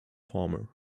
farmer